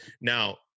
Now